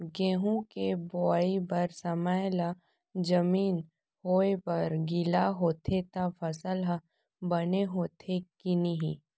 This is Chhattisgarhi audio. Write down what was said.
गेहूँ के बोआई बर समय ला जमीन होये बर गिला होथे त फसल ह बने होथे की नही?